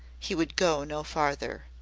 he would go no farther.